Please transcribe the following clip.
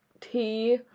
tea